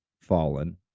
fallen